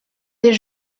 des